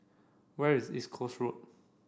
where is East Coast Road